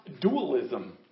dualism